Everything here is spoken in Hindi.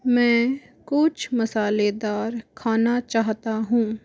मैं कुछ मसालेदार खाना चाहता हूँ